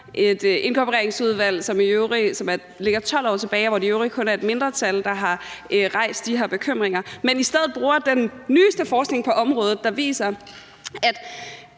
et inkorporeringsudvalg, som ligger 12 år tilbage, og hvor det i øvrigt kun er et mindretal, der har rejst de her bekymringer, men at man i stedet bruger den nyeste forskning på området, der viser, at